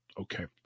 Okay